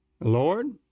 Lord